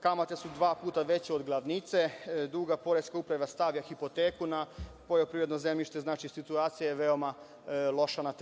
Kamate su dva puta veće od glavnice duga, Poreska uprava stavlja hipoteku na poljoprivredno zemljište, znači, situacija je veoma loša na